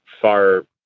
far